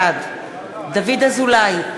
בעד דוד אזולאי,